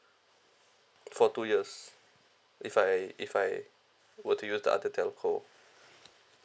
for two years if I if I were to use the other telco